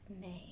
name